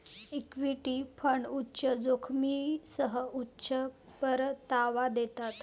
equity fund उच्च जोखमीसह उच्च परतावा देतात